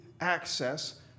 access